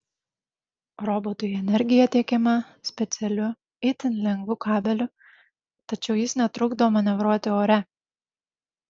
robotui energija tiekiama specialiu itin lengvu kabeliu tačiau jis netrukdo manevruoti ore